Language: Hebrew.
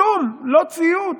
כלום, לא ציוץ.